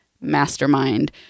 mastermind